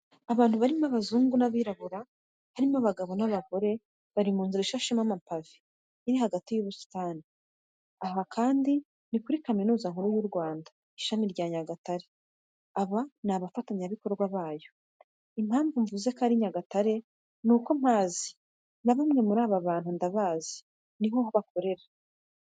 Abantu barimo abazungu n'abirabura, harimo abagabo n'abagore bari mu nzira ishashemo amapave iri hagati y'ubusitani, aha kandi ni kuri Kaminuza Nkuru y'u Rwanda Ishami rya Nyagatare. Aba ni abafatanyabikorwa bayo, impamvu mvuze ko ari Nyagatare nuko mpazi na bamwe muri aba bantu ndabizi ni ho bakorera.